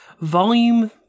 Volume